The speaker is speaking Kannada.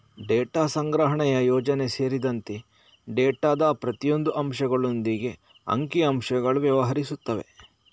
ಡೇಟಾ ಸಂಗ್ರಹಣೆಯ ಯೋಜನೆ ಸೇರಿದಂತೆ ಡೇಟಾದ ಪ್ರತಿಯೊಂದು ಅಂಶಗಳೊಂದಿಗೆ ಅಂಕಿ ಅಂಶಗಳು ವ್ಯವಹರಿಸುತ್ತದೆ